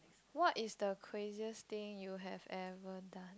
what is the craziest thing you have ever done